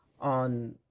on